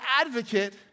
advocate